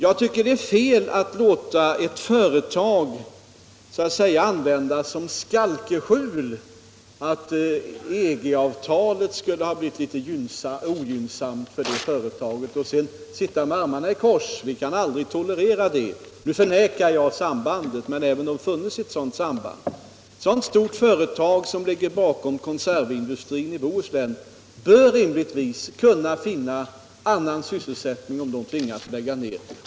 Jag tycker det är fel att låta ett företag ha som skalkeskjul att EG-avtalet skulle ha blivit litet ogynnsamt för det företaget och sedan sitta med armarna i kors. Vi kan aldrig tolerera det. Nu förnekar jag att det finns ett sådant samband, men även om det hade funnits skulle vi inte ha godtagit det som grund för minskad sysselsättning. Ett sådant stort företag som ligger bakom konservindustrin i Bohuslän bör rimligtvis kunna finna annan sysselsättning om det tvingas lägga ned.